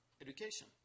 education